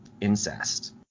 incest